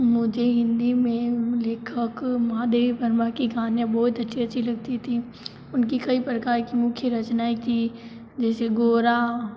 मुझे हिंदी में लेखक महादेवी वर्मा की कहानियाँ बहुत अच्छी अच्छी लगती थी उनकी कई प्रकार की मुख्य रचनाएं कि जैसे गोरा